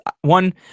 one